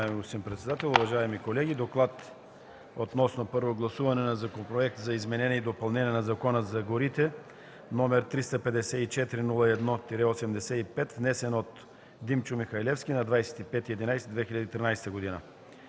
„ДОКЛАД относно първо гласуване на Законопроект за изменение и допълнение на Закона за горите, № 354-01-85, внесен от Димчо Михалевски на 25 ноември